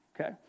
Okay